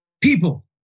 people